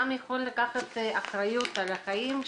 אני מבין את האמירה שלך.